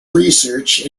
research